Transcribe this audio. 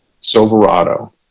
Silverado